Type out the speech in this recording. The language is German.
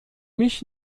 mich